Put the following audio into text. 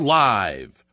live